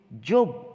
Job